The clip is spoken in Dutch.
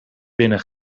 binnen